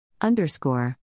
Underscore